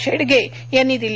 शेडगे यांनी दिली